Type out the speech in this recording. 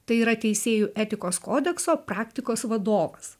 tai yra teisėjų etikos kodekso praktikos vadovas